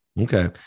Okay